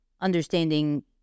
understanding